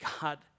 God